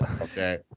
okay